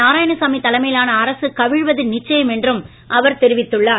நாராயணசாமி தலைமையிலான அரசு கவிழ்வது நிச்சயம் என்றும் அவர் தெரிவித்துள்ளார்